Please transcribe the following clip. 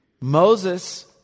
Moses